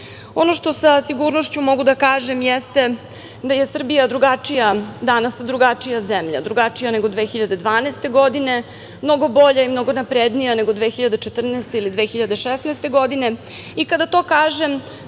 što sa sigurnošću mogu da kažem jeste da je Srbija drugačija zemlja, drugačija nego 2012. godina. Mnogo je bolja i mnogo naprednija nego 2014. ili 2016. godine i, kada to kažem,